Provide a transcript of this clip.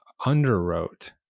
underwrote